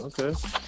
Okay